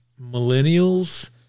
millennials